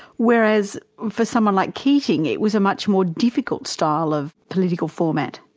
whereas for someone like keating, it was a much more difficult style of political format.